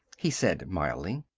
he said mildly.